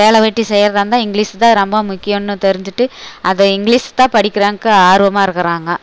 வேலை வெட்டி செய்கிறதா இருந்தால் இங்கிலீஷ் தான் ரொம்ப முக்கியன்னு தெரிஞ்சுட்டு அதை இங்கிலீஷ் தான் படிக்கிறாங்கா ஆர்வமாக இருக்கிறாங்க